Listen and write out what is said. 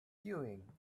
queuing